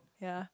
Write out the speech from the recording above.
yea